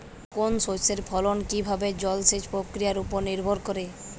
কোনো শস্যের ফলন কি জলসেচ প্রক্রিয়ার ওপর নির্ভর করে?